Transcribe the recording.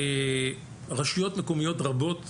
רשויות מקומיות רבות,